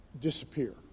disappear